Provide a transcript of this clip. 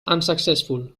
unsuccessful